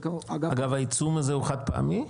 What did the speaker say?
אגב, העיצום הזה הוא חד-פעמי?